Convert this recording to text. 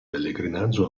pellegrinaggio